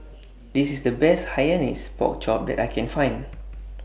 This IS The Best Hainanese Pork Chop that I Can Find